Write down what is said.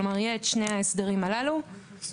כלומר יהיה את שני ההסדרים הללו במצטבר.